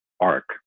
arc